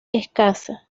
escasa